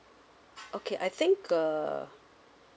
okay I think uh